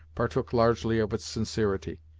partook largely of its sincerity.